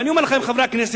אני אומר לכם, חברי הכנסת,